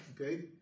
Okay